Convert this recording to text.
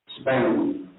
Spain